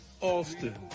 Austin